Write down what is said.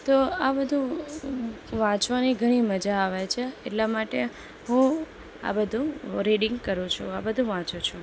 તો આ બધું વાંચવાની ઘણી મજા આવે છે એટલા માટે હું આ બધું રીડિંગ કરું છું આ બધું વાંચું છું